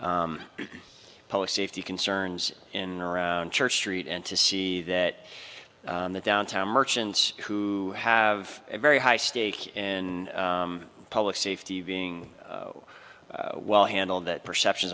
public safety concerns in around church street and to see that the downtown merchants who have a very high stake in public safety being well handled that perceptions